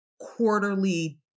quarterly